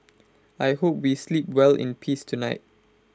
I hope we sleep well in peace tonight